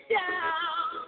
down